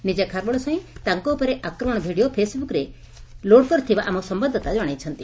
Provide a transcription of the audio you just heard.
ନିଜେ ଖାରବେଳ ସ୍ୱାଇଁ ତାଙ୍କ ଉପରେ ଆକ୍ରମଣ ଭିଡ଼ିଓ ଫେସ୍ବୁକ୍ରେ ଲୋଡ଼ କରିଥିବା ଆମ ସମ୍ୟାଦଦାତା ଜଣାଇଛନ୍ତି